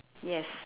yes